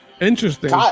Interesting